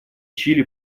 чили